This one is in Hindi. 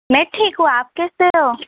मैं ठीक हूँ आप कैसे हो